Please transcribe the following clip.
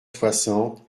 soixante